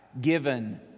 given